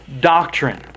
doctrine